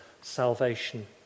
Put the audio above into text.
salvation